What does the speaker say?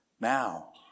Now